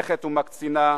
הולכת ומקצינה,